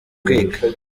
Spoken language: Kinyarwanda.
kwiga